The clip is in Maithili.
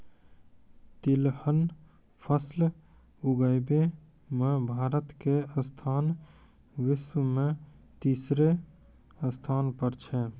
तिलहन फसल उगाबै मॅ भारत के स्थान विश्व मॅ तेसरो स्थान पर छै